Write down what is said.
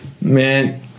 Man